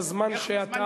בזמן שאתה,